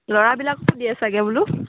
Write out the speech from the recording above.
ল'ৰাবিলাককো দিয়ে চাগে বোলো